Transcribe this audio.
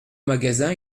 magasin